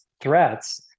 threats